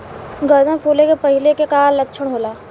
गर्दन फुले के पहिले के का लक्षण होला?